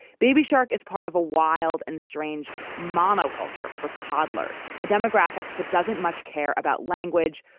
baby shark is part of a wild and strange monoculture for toddlers, a demographic that doesn't much care about language,